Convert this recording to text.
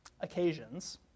occasions